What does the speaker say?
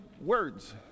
words